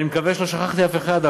אני מקווה שלא שכחתי אף אחד,